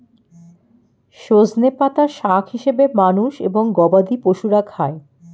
সজনে পাতা শাক হিসেবে মানুষ এবং গবাদি পশুরা খায়